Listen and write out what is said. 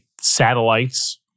satellites